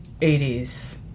80s